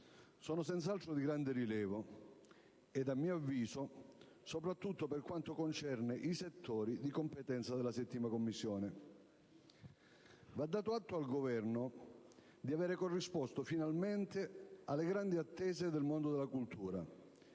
sono senz'altro di grande rilievo, soprattutto per quanto concerne i settori di competenza della 7a Commissione. Va dato atto al Governo di aver corrisposto finalmente alle grandi attese del mondo della cultura,